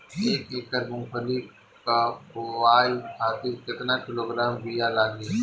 एक एकड़ मूंगफली क बोआई खातिर केतना किलोग्राम बीया लागी?